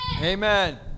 Amen